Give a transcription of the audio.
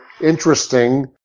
interesting